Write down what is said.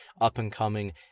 up-and-coming